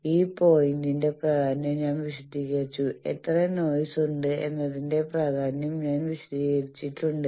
ഈ പോയിന്റിന്റെ പ്രാധാന്യം ഞാൻ വിശദീകരിച്ചു എത്ര നോയ്സ് ഉണ്ട് എന്നതിന്റെ പ്രാധാന്യം ഞാൻ വിശദീകരിച്ചിട്ടുണ്ട്